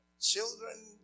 Children